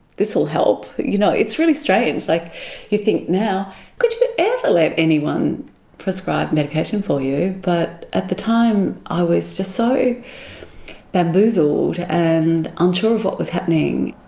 this will help. you know, it's really strange, like you think now how could you ever let anyone prescribe medication for you, but at the time i was just so bamboozled and unsure of what was happening.